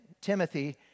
Timothy